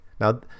Now